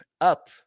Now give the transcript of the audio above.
up